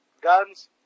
guns